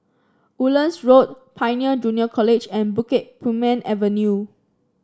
Woodlands Road Pioneer Junior College and Bukit Purmei Avenue